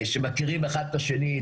שמכירים אחד את השני,